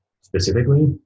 specifically